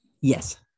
Yes